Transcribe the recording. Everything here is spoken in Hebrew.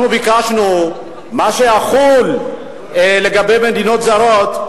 אנחנו ביקשנו שמה שיחול כלפי מדינות זרות,